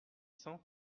cents